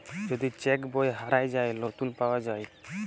যদি চ্যাক বই হারাঁয় যায়, লতুল পাউয়া যায়